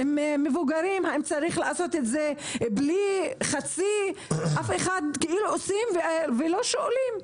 עושים דברים ולא שואלים.